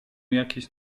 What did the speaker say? jakieś